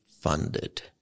funded